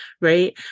right